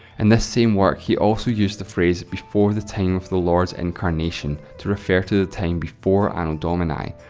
and this same work, he also used the phrase before the time of the lord's incarnation to refer to the time before anno domini.